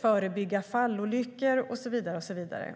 förebygga fallolyckor och så vidare.